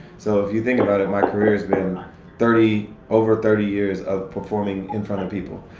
so if you think about it, my career has been thirty, over thirty years of performing in front of people.